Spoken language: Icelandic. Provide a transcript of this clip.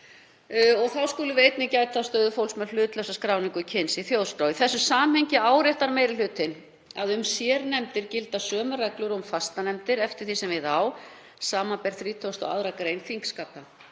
Þá skuli gæta að stöðu fólks með hlutlausa skráningu kyns í þjóðskrá. Í þessu samhengi áréttar meiri hlutinn að um sérnefndir gilda sömu reglur og um fastanefndir eftir því sem við á, samanber 32. gr. þingskapa.